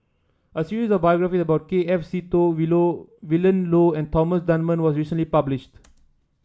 a series of biographies about K F Seetoh We Low Willin Low and Thomas Dunman was recently published